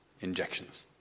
injections